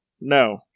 No